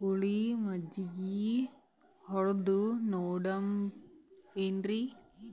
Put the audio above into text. ಹುಳಿ ಮಜ್ಜಗಿ ಹೊಡದು ನೋಡಮ ಏನ್ರೀ?